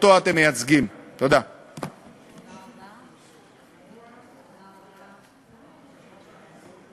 שלא מסוגלת להתמודד עם מונופולים של